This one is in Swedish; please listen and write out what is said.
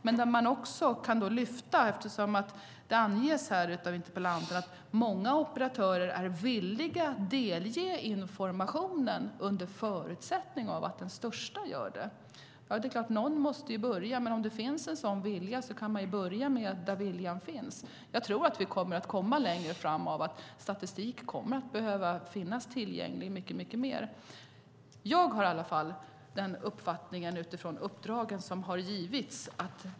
Men det anges också av interpellanten att många operatörer är villiga att delge informationen under förutsättning att den största gör det. Det är klart att någon måste börja, men om det finns en sådan vilja kan man börja där viljan finns. Jag tror att vi kommer att komma längre framåt. Statistik kommer att behöva finnas tillgänglig i mycket större utsträckning.